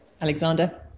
Alexander